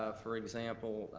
for example,